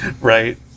Right